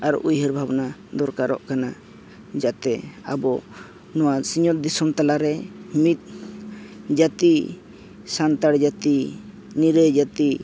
ᱟᱨ ᱩᱭᱦᱟᱹᱨ ᱵᱷᱟᱵᱽᱱᱟ ᱫᱚᱨᱠᱟᱨᱚᱜ ᱠᱟᱱᱟ ᱡᱟᱛᱮ ᱟᱵᱚ ᱱᱚᱣᱟ ᱥᱤᱧ ᱚᱛ ᱫᱤᱥᱚᱢ ᱛᱟᱞᱟ ᱨᱮ ᱢᱤᱫ ᱡᱟᱹᱛᱤ ᱥᱟᱱᱛᱟᱲ ᱡᱟᱹᱛᱤ ᱱᱤᱨᱟᱹᱭ ᱡᱟᱹᱛᱤ